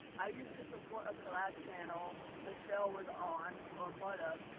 i used to support a collab channel michelle was on, or part of.